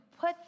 put